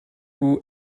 who